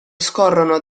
scorrono